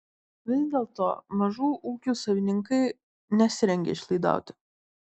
vis dėlto mažų ūkių savininkai nesirengia išlaidauti